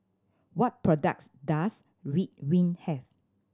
what products does Ridwind have